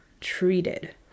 Treated